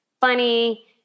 funny